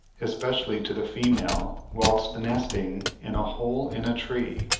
especially to the female whilst nesting in a hole in a tree.